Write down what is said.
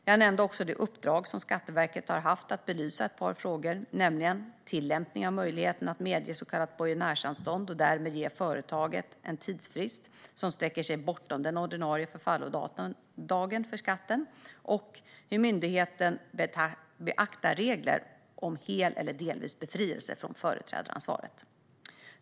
Jag nämnde också det uppdrag som Skatteverket har haft att belysa ett par frågor, nämligen tillämpningen av möjligheten att medge så kallat borgenärsanstånd och därmed ge företaget en tidsfrist som sträcker sig bortom den ordinarie förfallodagen för skatten och hur myndigheten beaktar reglerna om hel eller delvis befrielse från företrädaransvaret.